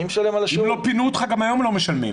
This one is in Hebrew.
אם לא פינו אותך גם היום לא משלמים.